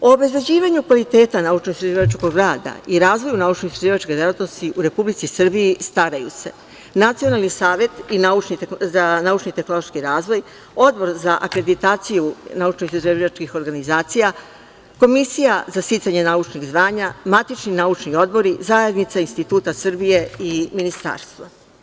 U obezbeđivanju kvaliteta naučno-istraživačkog rada i razvoja naučno-istraživačke delatnosti u Republici Srbiji staraju se Nacionalni savet za naučni i tehnološki razvoj, Odbor za akreditaciju naučno-istraživačkih organizacija, Komisija za sticanje naučnih zvanja, matični naučni odbori, Zajednica instituta Srbije i ministarstvo.